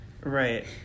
Right